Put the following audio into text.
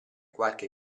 qualche